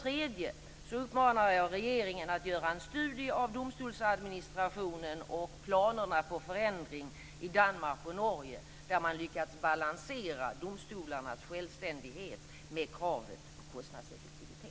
Regeringen bör omgående göra en studie av domstolsadministrationen och planerna på förändring i Danmark och Norge, där man lyckats balansera domstolarnas självständighet med kravet på kostnadseffektivitet.